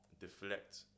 deflect